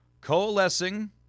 coalescing